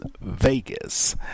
vegas